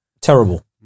Terrible